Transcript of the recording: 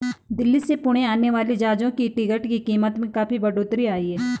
दिल्ली से पुणे आने वाली जहाजों की टिकट की कीमत में काफी बढ़ोतरी आई है